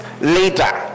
later